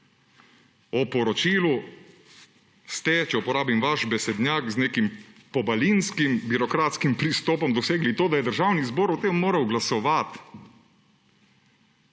O poročilu ste, če uporabim vaš besednjak, z nekim pobalinskim birokratskim pristopom dosegli to, da je Državni zbor o tem moral glasovati.